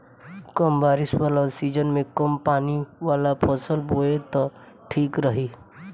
कम बारिश वाला सीजन में कम पानी वाला फसल बोए त ठीक रही